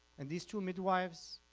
and these two midwives